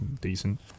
decent